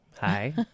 Hi